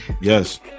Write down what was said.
yes